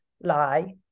lie